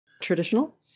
traditional